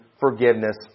forgiveness